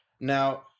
now